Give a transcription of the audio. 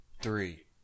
three